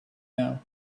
now